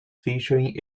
featuring